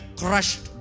crushed